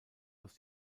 aus